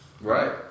Right